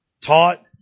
Taught